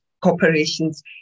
corporations